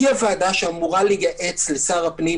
היא הוועדה שאמורה לייעץ לשר הפנים